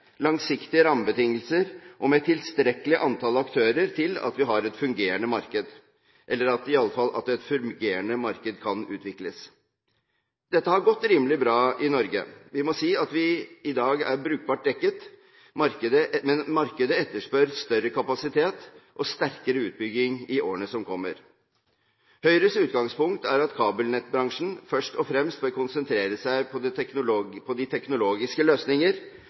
langsiktige rammebetingelser og med et tilstrekkelig antall aktører til at et fungerende marked kan utvikles. Dette har gått rimelig bra i Norge. Vi må si at vi i dag er brukbart dekket, men markedet etterspør større kapasitet og sterkere utbygging i årene som kommer. Høyres utgangspunkt er at kabelnettbransjen først og fremst bør konsentrere seg om teknologiske løsninger og produkter knyttet til transport av tjenester, Internett, telefoni og tv, og til alle de